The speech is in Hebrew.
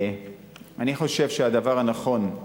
אני חושב שהדבר הנכון הוא